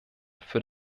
für